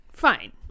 fine